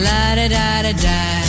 La-da-da-da-da